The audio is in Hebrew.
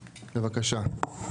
בבקשה.